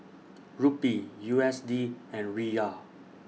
Rupee U S D and Riyal